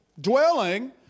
dwelling